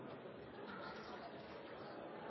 neste